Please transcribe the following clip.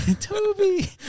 Toby